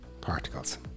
particles